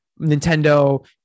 Nintendo